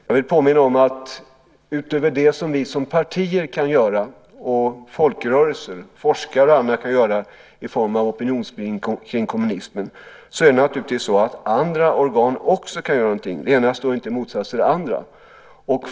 Jag vill påminna om att utöver det som vi som partier, folkrörelser, forskare och andra kan göra i form av opinionsbildning om kommunismen kan naturligtvis andra organ också göra någonting. Det ena står inte i motsats till det andra.